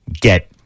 get